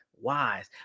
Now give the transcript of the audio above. wise